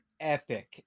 epic